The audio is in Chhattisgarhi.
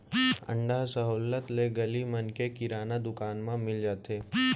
अंडा ह सहोल्लत ले गली मन के किराना दुकान म मिल जाथे